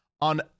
on